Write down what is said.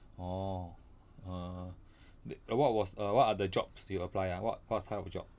orh uh what was err what are the jobs you apply ah what what type of jobs